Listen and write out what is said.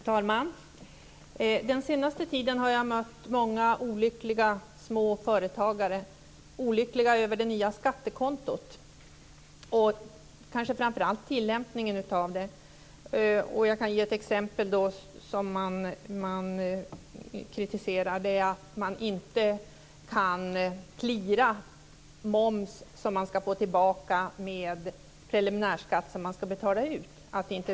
Fru talman! Den senaste tiden har jag mött många olyckliga småföretagare. De är olyckliga över det nya skattekontot, och kanske framför allt tillämpningen av det. Jag kan ge ett exempel på vad man kritiserar: Det medges inte att man clearar moms som man skall få tillbaka med preliminärskatt som man skall betala.